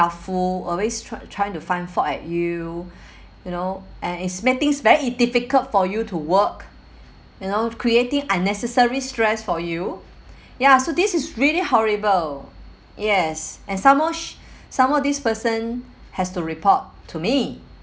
helpful always try trying to find fault at you you know and it's make things very difficult for you to work you know creating unnecessary stress for you ya so this is really horrible yes and some more some more this person has to report to me